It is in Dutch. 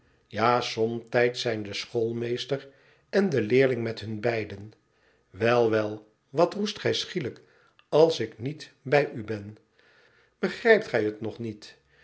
a somtijds zijn de schoolmeesterende leerling met hun beiden wel wel wat roest gij schielijk als ik niet bij u ben begrijpt gij het nog niet